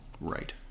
Right